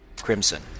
crimson